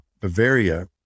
Bavaria